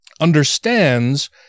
understands